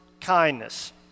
kindness